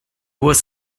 was